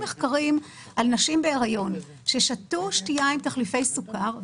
נשים בהריון ששתו שתייה עם תחליפי סוכר.